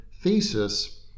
thesis